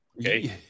Okay